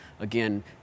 Again